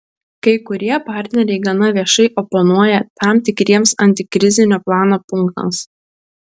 kai kurie partneriai gana viešai oponuoja tam tikriems antikrizinio plano punktams